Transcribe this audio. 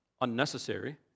unnecessary